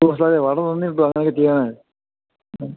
ഉവ്വ സാറേ വളരെ നന്ദിയുണ്ട് അങ്ങനെയൊക്കെ ചെയ്യാൻ ഉം